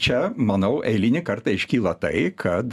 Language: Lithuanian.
čia manau eilinį kartą iškyla tai kad